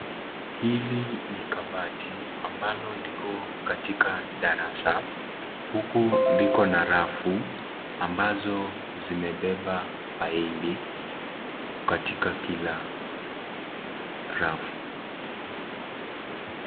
Hili ni kabati ambalo liko katika darasa huku liko na rafu ambazo zimebeba faili katika kila rafu.